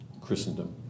Christendom